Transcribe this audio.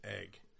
egg